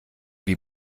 wie